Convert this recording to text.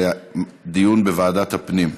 לדיון בוועדת הפנים.